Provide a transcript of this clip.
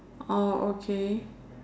orh okay